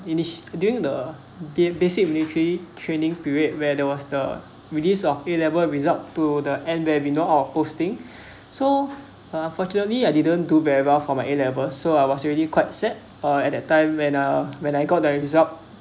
ini~ during the game basic military training period where there was the release of A level results to the end where we know our posting so unfortunately I didn't do very well for my A levels so I was already quite sad uh at that time when uh when I got there result